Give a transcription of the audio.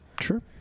Sure